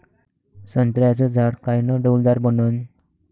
संत्र्याचं झाड कायनं डौलदार बनन?